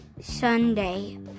Sunday